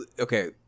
okay